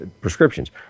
prescriptions